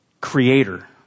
creator